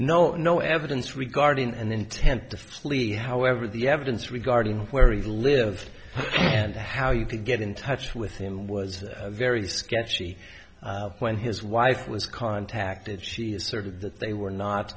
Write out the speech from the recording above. no no evidence regarding an intent to flee however the evidence regarding where he lived and how you could get in touch with him was very sketchy when his wife was contacted she asserted that they were not